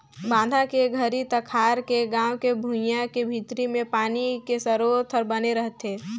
बांधा के घरी तखार के गाँव के भुइंया के भीतरी मे पानी के सरोत हर बने रहथे